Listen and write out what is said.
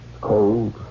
cold